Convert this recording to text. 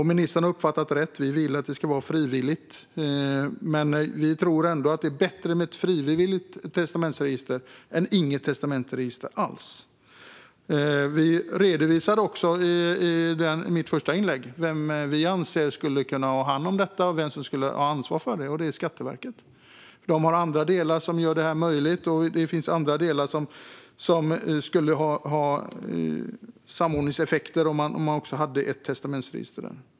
Ministern har uppfattat det rätt att vi vill att det ska vara frivilligt. Vi tror ändå att det är bättre med ett frivilligt testamentsregister än inget testamentsregister alls. Jag redovisade också i mitt första inlägg vem vi anser skulle kunna ha hand om detta och vem som skulle kunna ha ansvar för det, och det är Skatteverket. Det har andra delar som gör det möjligt. Det finns andra delar som skulle ge samordningseffekter om man också hade ett testamentsregister där.